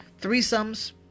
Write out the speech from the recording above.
threesomes